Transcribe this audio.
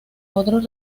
otros